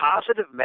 positive